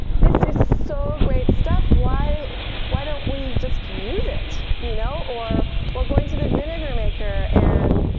this is so great stuff. why why don't we just use it? you know or we're going to the vinegar maker and,